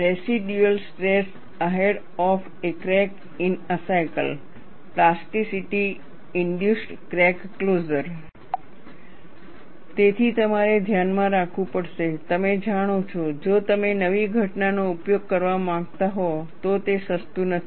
residual stress ahead of a crack in a cycle plasticity induced crack closure તેથી તમારે ધ્યાનમાં રાખવું પડશે તમે જાણો છો જો તમે નવી ઘટનાનો ઉપયોગ કરવા માંગતા હો તો તે સસ્તું નથી